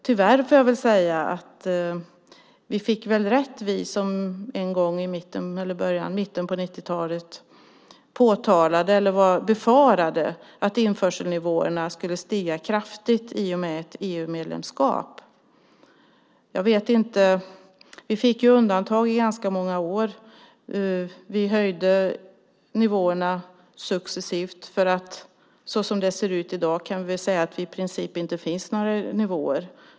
Tyvärr får jag säga att vi väl fick rätt, vi som i början eller mitten av 90-talet befarade att införselnivåerna skulle stiga kraftigt i och med vårt EU-medlemskap. Vi fick ju undantag i ganska många år. Vi höjde nivåerna successivt. Som det ser ut i dag kan vi väl säga att det i princip inte finns några nivåer.